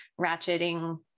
ratcheting